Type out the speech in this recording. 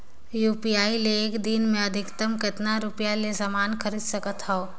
UPI ले एक दिन म अधिकतम कतका रुपिया तक ले समान खरीद सकत हवं?